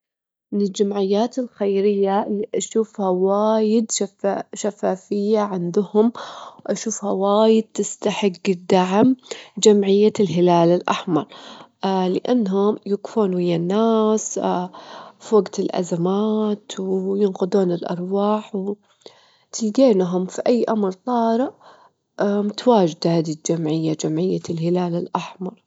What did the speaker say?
أني أجول إنه حتى نحافظ على بيئة؛ لازم يكون أولويات الحكومات، إتحط خيارات الحفاظ على البيئة، لأن النمو الأقتصادي المستدام هو بيضمن حياة صحية للأجيال القادمة.